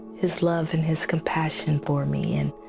his love and his compassion for me. and